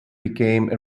became